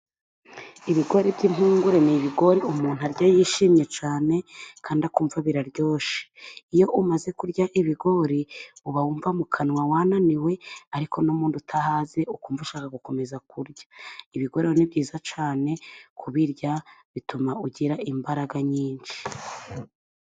Ibigori by'impungure ni ibigori umuntu arya yishimye cyane kandi akumva biraryoshye. Iyo umaze kurya ibigori uba wumva mu kanwa wananiwe, ariko n'umundi udahaze ukumva ushaka gukomeza kurya. Ibigori rero ni byiza cyane kubirya, bituma ugira imbaraga nyinshi.